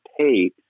pay